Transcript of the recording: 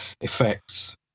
effects